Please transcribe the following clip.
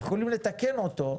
יכולים לתקן אותו,